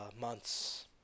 months